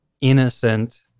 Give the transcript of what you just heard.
innocent